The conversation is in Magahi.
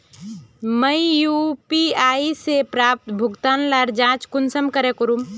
मुई यु.पी.आई से प्राप्त भुगतान लार जाँच कुंसम करे करूम?